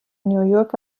نیویورک